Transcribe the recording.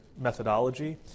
methodology